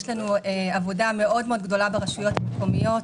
יש לנו עבודה מאוד מאוד גדולה ברשויות המקומיות,